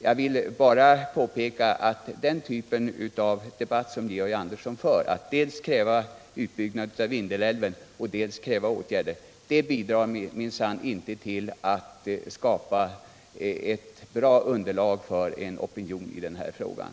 Jag vill påpeka att den typ av debatt som Georg Andersson för, nämligen att å ena sidan kräva en utbyggnad av Vindelälven och å den andra kräva åtgärder för att kompensera en utebliven utbyggnad, sannerligen inte bidrar till att skapa ett bra underlag för en opinion i den här frågan.